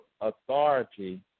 authority